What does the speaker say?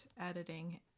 editing